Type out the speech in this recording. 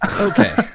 Okay